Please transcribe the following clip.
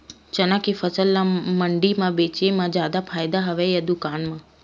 चना के फसल ल मंडी म बेचे म जादा फ़ायदा हवय के दुकान म?